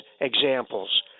Examples